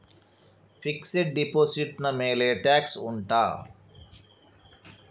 fixed deposit ನ ಮೇಲೆ tax ಉಂಟಾ